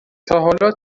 تاحالا